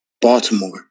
Baltimore